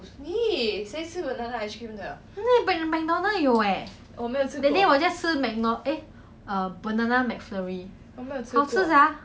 mcdonald's 有 eh that day 我 just 吃 eh err banana mcflurry 好吃 sia